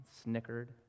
snickered